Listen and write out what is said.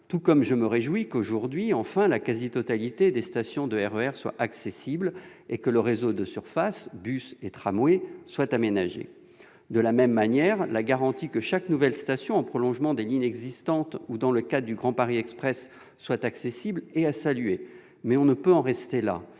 tout comme je me réjouis qu'aujourd'hui, enfin, la quasi-totalité des stations de RER soient accessibles et que le réseau de surface- bus, tramway -soit aménagé. De la même manière, la garantie que chaque nouvelle station, en prolongement des lignes existantes ou dans le cadre du Grand Paris Express, soit accessible est à saluer, mais on ne peut en rester là.